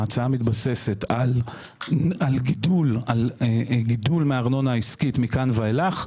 ההצעה מתבססת על גידול מארנונה עסקית מכאן ואילך.